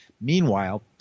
Meanwhile